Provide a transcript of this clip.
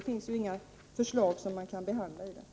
Det finns ju inget förslag att hämta i den som man kan behandla.